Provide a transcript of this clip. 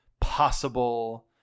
possible